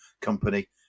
company